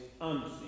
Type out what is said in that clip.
unseen